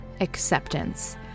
acceptance